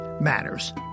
Matters